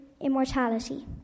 immortality